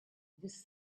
was